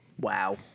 Wow